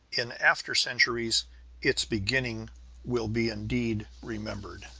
in after centuries its beginning will be indeed remembered.